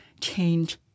change